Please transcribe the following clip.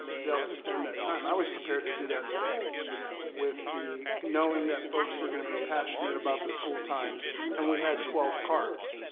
they'll extend that time, i was prepared to do that today with the knowing that folks were gonna be passionate about the school times and we had twelve cards.